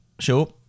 sure